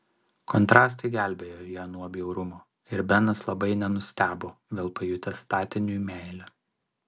kontrastai gelbėjo ją nuo bjaurumo ir benas labai nenustebo vėl pajutęs statiniui meilę